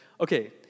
Okay